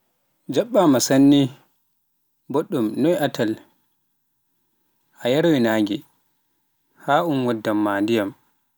Jaɓɓaama, sanne boɗɗum noy atal, a yaaroy nnage haaun waddan ma ndiyam.